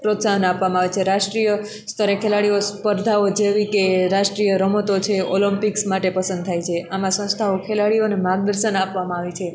પ્રોત્સાહન આપવામાં આવે છે રાષ્ટ્રિય સ્તરે ખેલાડીઓ સ્પર્ધાઓ જેવી કે રાષ્ટ્રિય રમતો છે ઓલમ્પિક્સ માટે પસંદ થાય છે આમાં સંસ્થાઓ ખેલાડીઓને માર્ગદર્શન આપવામાં આવે છે